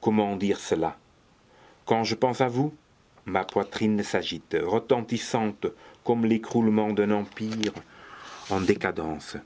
comment dire cela quand je pense à vous ma poitrine s'agite retentissante comme l'écroulement d'un empire en décadence